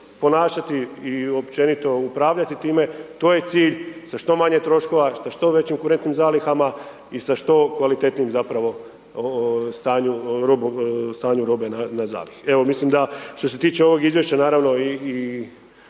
ponašati i općenito upravljati time. To je cilj za što manje troškova, za što većim kurentnim zalihama i sa što kvalitetnijim zapravo stanju robe na zalihi. Evo, mislim da, što se tiče ovog izvješća, naravno i